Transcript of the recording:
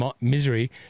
misery